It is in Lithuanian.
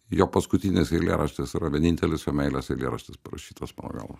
jo paskutinis eilėraštis yra vienintelis jo meilės eilėraštis parašytas mano galv